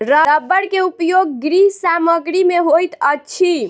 रबड़ के उपयोग गृह सामग्री में होइत अछि